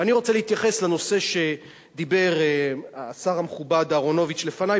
ואני רוצה להתייחס לנושא שעליו דיבר השר המכובד אהרונוביץ לפני,